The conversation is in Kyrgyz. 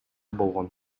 болгон